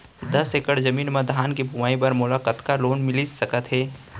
दस एकड़ जमीन मा धान के बुआई बर मोला कतका लोन मिलिस सकत हे?